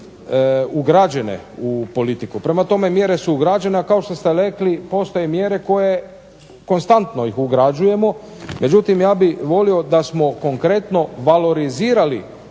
ugrađene u politiku. Prema tome mjere su ugrađene, a kao što ste rekli postoje mjere koje konstantno ugrađujemo. Međutim, ja bih volio da smo konkretno valorizirali